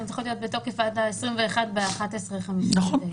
הן צריכות להיות בתוקף עד ה-21 בשעה 11:59. נכון.